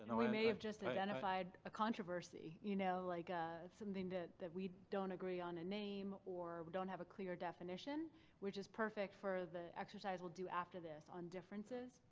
we may have just identified a controversy, you know, like ah something that that we don't agree on in name or don't have a clear definition which is perfect for the exercise we'll do after this on differences.